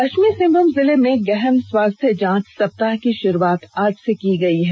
पश्चिमी सिंहभूम जिले में गहन स्वास्थ्य जांच सप्ताह की शुरुआत आज से की गई है